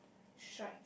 strike